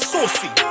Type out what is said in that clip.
Saucy